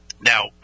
now